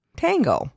tango